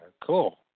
Cool